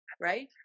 right